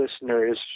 listeners